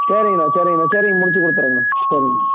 சரிங்கண்ணா சரிங்கண்ணா சேரிங்க முடித்து கொடுத்துடுறங்கணா சரிங்